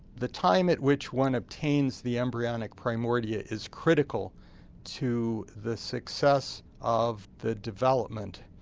the time at which one obtains the embryonic primordia is critical to the success of the development.